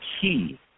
key